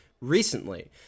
recently